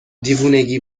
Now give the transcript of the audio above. دیوونگی